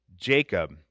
Jacob